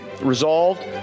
Resolved